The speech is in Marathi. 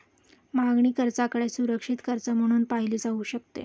मागणी कर्जाकडे सुरक्षित कर्ज म्हणून पाहिले जाऊ शकते